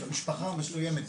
של המשפחה המסוימת,